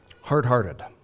hard-hearted